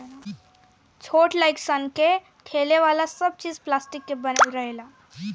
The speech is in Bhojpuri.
छोट लाइक सन के खेले वाला सब चीज़ पलास्टिक से बनल रहेला